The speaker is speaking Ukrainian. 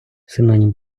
синонім